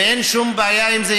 ואין שום בעיה עם זה.